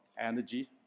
energy